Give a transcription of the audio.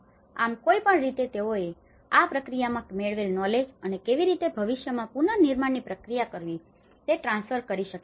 આમ કોઈ પણ રીતે તેઓએ આ પ્રક્રિયામાં મેળવેલ નોલેજ અને કેવી રીતે ભવિષ્યમાં પુનનિર્માણની પ્રક્રિયા કરવી તે ટ્રાન્સફર કરી શકે નહીં